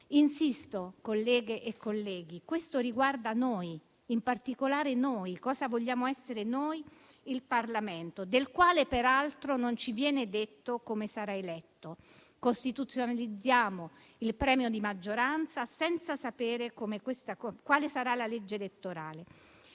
Insisto, colleghe e colleghi: questo riguarda noi, in particolare noi, cosa vogliamo essere noi, il Parlamento, del quale peraltro non ci viene detto come sarà eletto. Costituzionalizziamo il premio di maggioranza senza sapere quale sarà la legge elettorale.